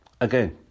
again